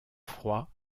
froids